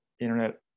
internet